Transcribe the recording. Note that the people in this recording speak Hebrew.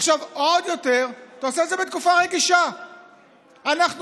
עכשיו, עוד יותר, אתה עושה את זה בתקופה רגישה.